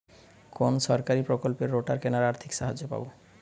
কোন সরকারী প্রকল্পে রোটার কেনার আর্থিক সাহায্য পাব?